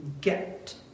get